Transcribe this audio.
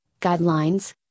guidelines